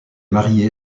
mariée